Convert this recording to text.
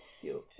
Cute